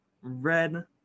red